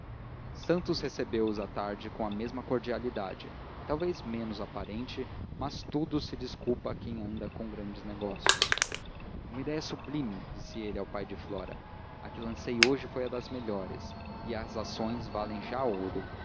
opinião santos recebeu-os à tarde com a mesma cordialidade talvez menos aparente mas tudo se desculpa a quem anda com grandes negócios uma ideia sublime disse ele ao pai de flora a que lancei hoje foi das melhores e as ações valem já ouro